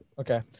Okay